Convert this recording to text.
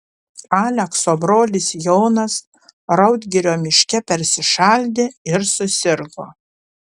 alekso brolis jonas raudgirio miške persišaldė ir susirgo